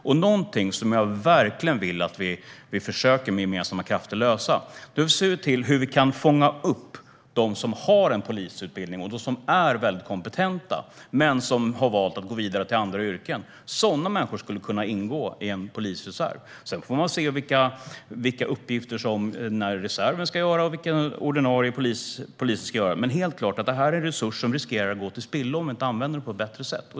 Jag vill verkligen att vi med gemensamma krafter ska försöka se hur vi kan fånga upp dem som har en polisutbildning och som är väldigt kompetenta men som har valt att gå vidare till andra yrken. Sådana människor skulle kunna ingå i en polisreserv. Sedan får man se vilka uppgifter som reserven ska utföra och vilka som den ordinarie polisen ska utföra, men detta är helt klart resurser som riskerar att gå till spillo om vi inte använder dem på ett bättre sätt.